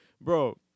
bro